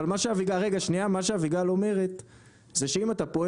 אבל מה שאביגיל אומרת זה שאם אתה פועל